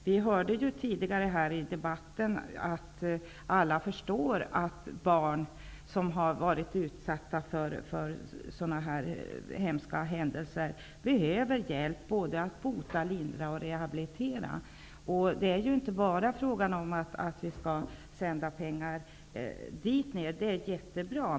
Vi hörde tidigare i debatten att alla är införstådda med att barn som har varit utsatta för dessa hemska händelser behöver hjälp -- både med att bota, lindra och rehabilitera. Det är inte bara fråga om att sända ner pengar till det forna Jugoslavien. Det är jättebra.